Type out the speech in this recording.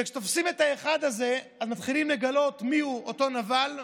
וכשתופסים את האחד הזה אז מתחילים לגלות מיהו אותו נבל,